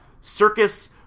Circus